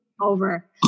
over